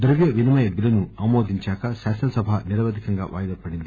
ద్రవ్య వినిమయ బిల్లును ఆమోదించాక శాసనసభ నిరవధికంగా వాయిదా పడింది